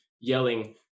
yelling